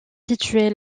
situé